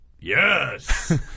Yes